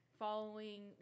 Following